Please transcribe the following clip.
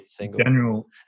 general